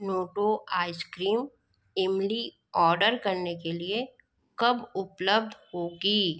लोटो ice cream इमली order करने के लिए कब उपलब्ध होगी